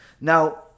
now